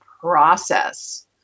process